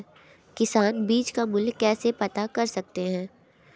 किसान बीज का मूल्य कैसे पता कर सकते हैं?